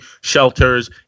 shelters